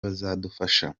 bazadufasha